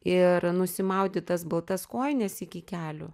ir nusimauti tas baltas kojines iki kelių